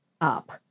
up